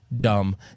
dumb